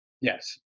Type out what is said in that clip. Yes